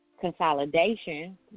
consolidation